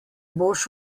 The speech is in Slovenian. boš